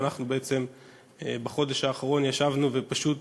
ואנחנו בחודש האחרון ישבנו ופשוט